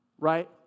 right